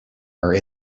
are